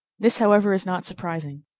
this, however, is not surprising.